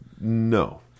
No